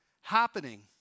happening